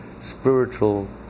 spiritual